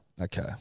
Okay